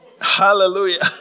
Hallelujah